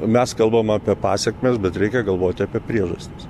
mes kalbam apie pasekmes bet reikia galvoti apie priežastis